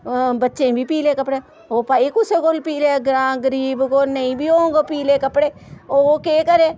बच्चें बी पीले कपड़े ओह् भाई कुसै कोल पीले अगरा गरीब कोल नेईं बी होंग पीले कपड़े ओह केह् करै